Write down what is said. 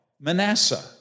Manasseh